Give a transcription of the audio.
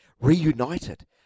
Reunited